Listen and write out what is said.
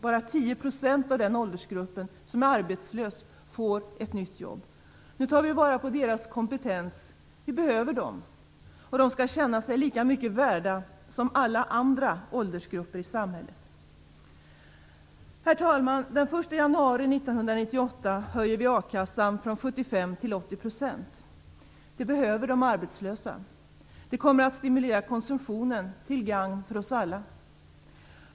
Bara 10 % av de arbetslösa i den åldersgruppen får ett nytt jobb. Nu tar vi vara på deras kompetens. Vi behöver dem, och de skall känna sig lika mycket värda som alla andra åldersgrupper i samhället. Herr talman! Den 1 januari 1998 höjer vi a-kassan från 75 % till 80 %. Det behöver de arbetslösa. Det kommer att stimulera konsumtionen till gagn för oss alla.